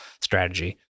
strategy